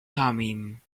thummim